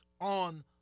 on